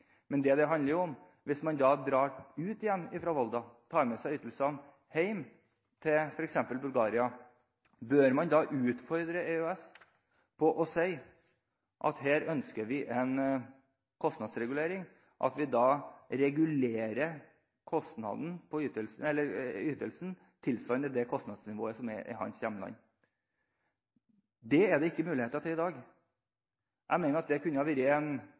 handler om at hvis han da drar ut igjen fra Volda og tar med seg ytelsene hjem – f.eks. til Bulgaria – bør man da utfordre EØS og si at her ønsker vi en kostnadsregulering, at vi da regulerer ytelsen slik at den svarer til kostnadsnivået i hans hjemland? Det er det ikke muligheter til i dag. Jeg mener at det kunne ha vært en